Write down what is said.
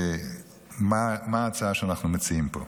מה ההצעה שאנחנו מציעים פה.